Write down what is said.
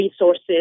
resources